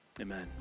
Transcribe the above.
Amen